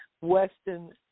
Western